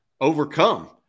overcome